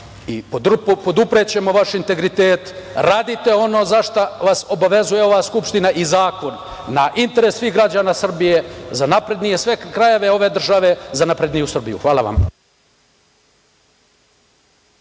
Poduprećemo vaš integritet, radite ono za šta vas obavezuje ova Skupština i zakon, na interes svih građana Srbije, za naprednije sve krajeve ove države, za napredniju Srbiju. Hvala vam.